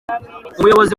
umuyobozi